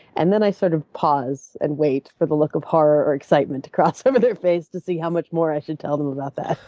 and then i sort of pause and wait for the look of horror or excitement to cross over their face to see how much more i should tell them about that.